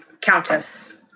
Countess